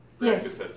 Yes